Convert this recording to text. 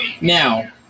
Now